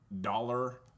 dollar